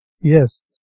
Yes